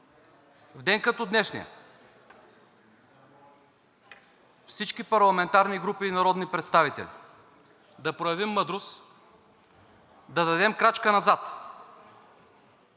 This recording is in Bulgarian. в ден като днешния всички парламентарни групи и народни представители да проявим мъдрост, да дадем крачка назад,